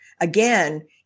Again